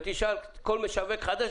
ותשאל כל משווק חדש,